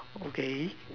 okay